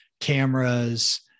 cameras